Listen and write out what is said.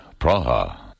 Praha